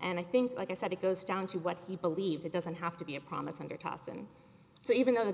and i think like i said it goes down to what he believes it doesn't have to be a promise under tossed and so even though the